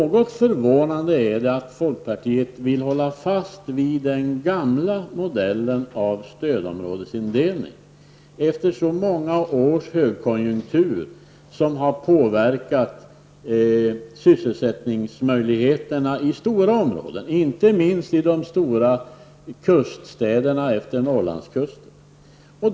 Något förvånande är det att folkpartiet vill hålla fast vid den gamla modellen av stödområdesindelning efter så många års högkonjunktur som har påverkat sysselsättningsmöjligheterna i stora områden, inte minst i de stora kuststäderna i Norrland.